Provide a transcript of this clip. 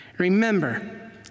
Remember